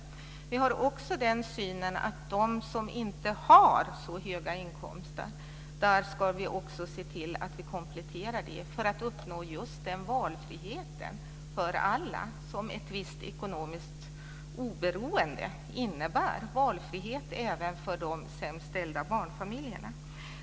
Vänsterpartiet har också synen att vi ska se till att komplettera inkomsterna för dem som inte har så höga inkomster för att uppnå just den valfrihet för alla som ett visst ekonomiskt oberoende innebär. Vi vill ha valfrihet även för de sämst ställda barnfamiljerna.